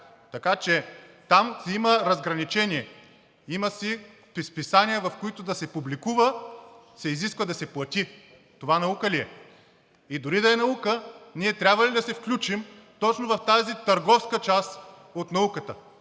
Така че там има разграничение, има си списания, в които да се публикува, изисква се да се плати. Това наука ли е? И дори да е наука, ние трябва ли да се включим точно в тази търговска част от науката?